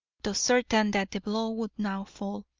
though certain that the blow would now fall.